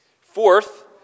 fourth